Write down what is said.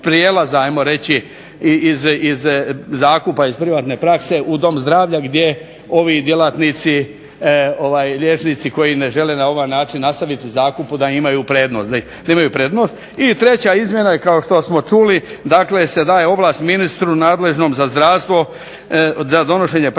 reći iz zakupa, iz privatne prakse u dom zdravlja gdje ovi djelatnici, liječnici koji ne žele na ovaj način nastaviti zakup da imaju prednost. I treća izmjena je kao što smo čuli, dakle se daje ovlast ministru nadležnom za zdravstvo za donošenje pravilnika